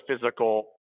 physical